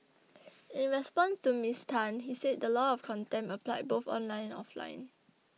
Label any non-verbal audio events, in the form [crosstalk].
[noise] in response to Miss Tan he said the law of contempt applied both online and offline